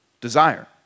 desire